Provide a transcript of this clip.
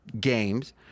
games